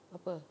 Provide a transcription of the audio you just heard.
apa